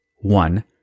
One